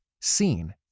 seen